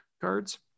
cards